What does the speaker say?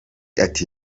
ati